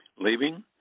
leaving